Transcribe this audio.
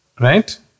Right